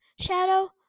Shadow